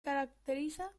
caracteriza